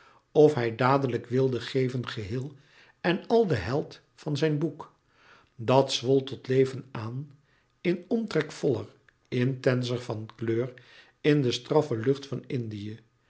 of hij dadelijk wilde geven geheel en al den held van zijn boek dat zwol tot leven aan in omtrek voller intenser van kleur in de straffe lucht van indië